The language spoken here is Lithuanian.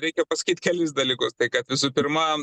reikia pasakyt kelis dalykus tai kad visų pirma